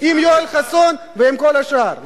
עם יואל חסון ועם כל השאר.